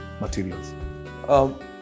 materials